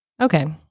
Okay